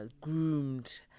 groomed